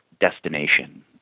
destination